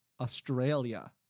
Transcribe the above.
Australia